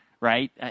right